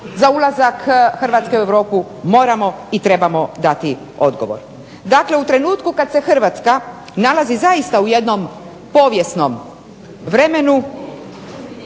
za ulazak Hrvatske u Europu moramo i trebamo dati odgovor. dakle, u trenutku kada se Hrvatska nalazi zaista u jednom povijesnom vremenu